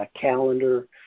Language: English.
calendar